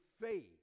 faith